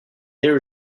there